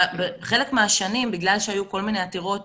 חלק מהשנים, בגלל שהיו כל מיני עתירות